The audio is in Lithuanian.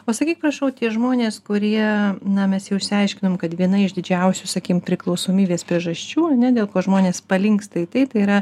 pasakyk prašau tie žmonės kurie na mes jau išsiaiškinom kad viena iš didžiausių sakykim priklausomybės priežasčių dėl ko žmonės palinksta į tai tai yra